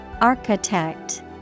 Architect